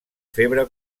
febre